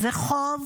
זה חוב